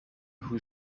who